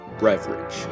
beverage